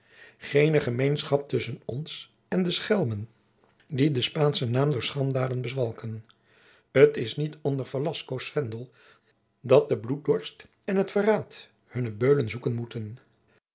geene gemeenschap tusschen ons en de schelmen die den spaanschen jacob van lennep de pleegzoon naam door schanddaden bezwalken t is niet onder velascoos vendel dat de bloeddorst en t verraad hunne beulen zoeken